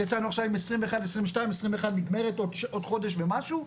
2021 נגמרת בעוד חודש ומשהו.